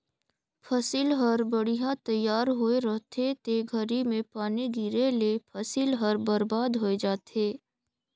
फसिल हर बड़िहा तइयार होए रहथे ते घरी में पानी गिरे ले फसिल हर बरबाद होय जाथे